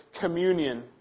communion